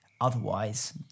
otherwise